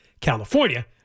California